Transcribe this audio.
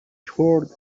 sword